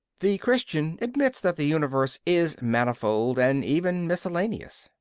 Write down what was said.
the christian admits that the universe is manifold and even miscellaneous,